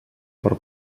per